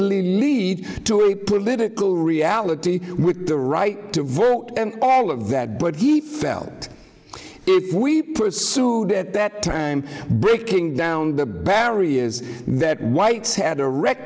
lead to a political reality with the right to vote and all of that but he felt if we pursued at that time breaking down the barriers that whites had